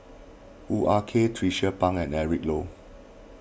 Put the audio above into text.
Hoo Ah Kay Tracie Pang and Eric Low